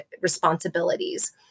responsibilities